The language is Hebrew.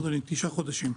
תשעה חודשים.